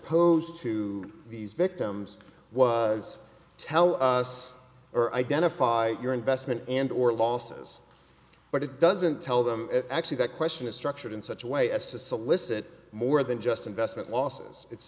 posed to these victims was tell us or identify your investment and or losses but it doesn't tell them actually that question is structured in such a way as to solicit more than just investment losses it's